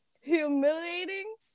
humiliating